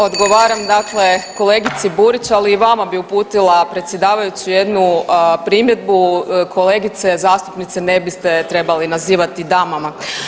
Odgovaram dakle, kolegici Burić, ali i vama bih uputila, predsjedavajući, jednu primjedbu kolegice zastupnice, ne biste trebali nazivati damama.